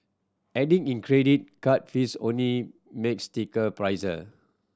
adding in credit card fees only makes ticket pricier